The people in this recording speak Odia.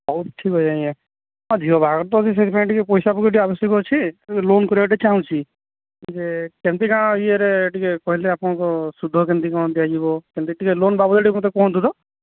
ହଉ ଠିକ୍ଅଛି ଆଜ୍ଞା ଆ ଝିଅ ବାହାଘର ତ ଏବେ ସେଇଥିପାଇଁ ଟିକିଏ ପଇସାପତ୍ର ଟିକିଏ ଆବଶ୍ୟକ ଅଛି ଲୋନ୍ କରିବାକୁ ଟିକିଏ ଚାହୁଁଛି ଯେ କେମିତି କ'ଣ ଇଏ ରେ ଟିକିଏ କହିଲେ ଆପଣଙ୍କ ସୁଧ କେମିତି କ'ଣ ଦିଆଯିବ କେମିତି ଟିକେ ଲୋନ୍ ବାବଦକୁ ଟିକେ କୁହନ୍ତୁ ତ